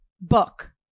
Book